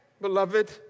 beloved